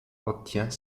obtient